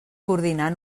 coordinar